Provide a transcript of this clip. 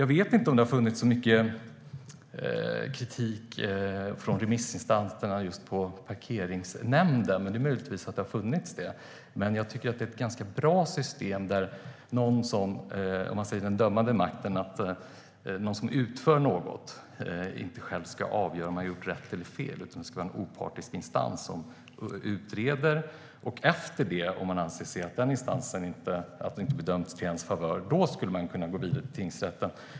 Jag vet inte om det har funnits så mycket kritik från remissinstanserna mot just parkeringsnämnden, men det är möjligt. Jag tycker inte att det är bra system där den dömande makten ska utövas av den som utför något, att den ska avgöra om man har gjort fel. Det bör vara en opartisk instans som utreder. Efter det - om den instansen inte dömer till ens favör - skulle man kunna gå vidare till tingsrätten.